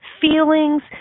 feelings